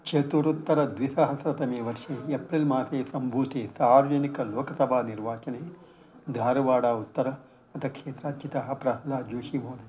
चतुरुत्तरद्विसहस्रतमे वर्षे एप्रिल्मासे सम्भूते सार्वजनिकलोकसभा निर्वाचने धारवाड उत्तर क्षेत्रचितः प्रहल्लादजोषि महोदयः